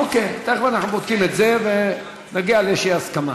אוקיי, תכף אנחנו נבדוק את זה ונגיע לאיזו הסכמה.